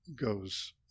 goes